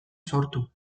sortu